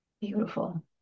beautiful